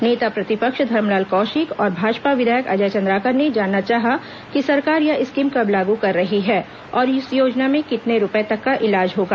नेता प्रतिपक्ष धरमलाल कौशिक और भाजपा विधायक अजय चंद्राकर ने जानना चाहा कि सरकार यह स्कीम कब लागू कर रही है और इस योजना में कितने रूपये तक का इलाज होगा